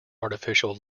artificial